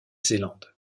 zélande